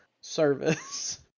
service